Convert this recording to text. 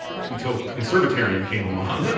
until conservatarian came along